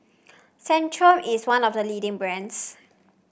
Centrum is one of the leading brands